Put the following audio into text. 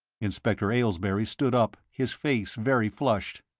inspector aylesbury stood up, his face very flushed.